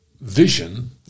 vision